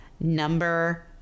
number